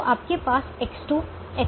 तो आपके पास X2 X1 है